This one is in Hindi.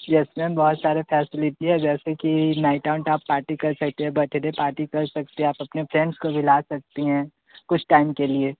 येस मैम बहुत सारे फैसिलिटी है जैसे कि नाइट आऊंट आप पार्टी कर सकती है बर्थडे पार्टी कर सकते हैं आप अपने फ्रेंड्स को भी ला सकती हैं कुछ टाइम के लिए